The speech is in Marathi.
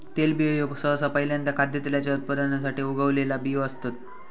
तेलबियो ह्यो सहसा पहील्यांदा खाद्यतेलाच्या उत्पादनासाठी उगवलेला बियो असतत